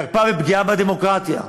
חרפה ופגיעה בדמוקרטיה.